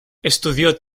estudió